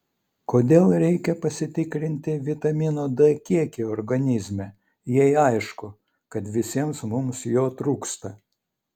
kodėl reikia pasitikrinti vitamino d kiekį organizme jei aišku kad visiems mums jo trūksta